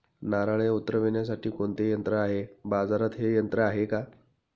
नारळे उतरविण्यासाठी कोणते यंत्र आहे? बाजारात हे यंत्र आहे का?